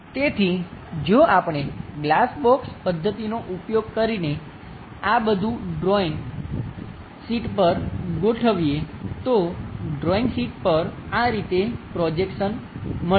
તેથી જો આપણે ગ્લાસ બોક્સ પદ્ધતિનો ઉપયોગ કરીને આ બધું ડ્રોઇંગ શીટ પર ગોઠવીએ તો ડ્રોઇંગ શીટ પર આ રીતે પ્રોજેક્શન મળશે